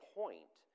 point